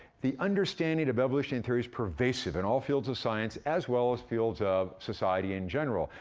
the understanding of evolutionary theory's pervasive in all fields of science, as well as fields of society in general,